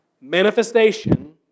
manifestation